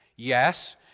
Yes